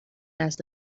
دست